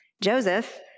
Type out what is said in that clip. Joseph